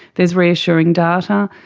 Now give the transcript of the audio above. there's reassuring data.